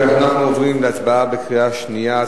אנחנו עוברים להצבעה בקריאה שנייה.